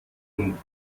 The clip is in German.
und